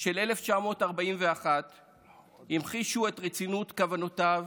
של 1941 המחישו את רצינות כוונותיו